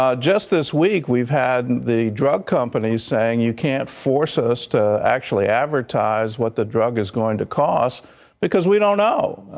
um just this week we've had the drug company think you can't force us to actually advertise what the drug is going to cost because we don't know.